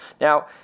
Now